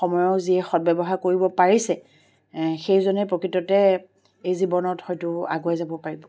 সময়ক যি সৎ ব্যৱহাৰ কৰিব পাৰিছে সেইজনে প্ৰকৃততে এই জীৱনত হয়তো আগুৱাই যাব পাৰিব